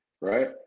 Right